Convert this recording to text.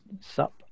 Sup